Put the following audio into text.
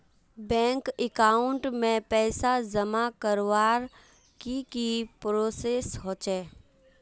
Bank account में पैसा जमा करवार की की प्रोसेस होचे?